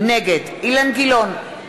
נגד אילן גילאון,